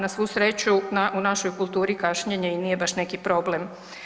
Na svu sreću u našoj kulturi kašnjenje i nije baš neki problem.